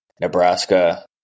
Nebraska